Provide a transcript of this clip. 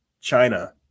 China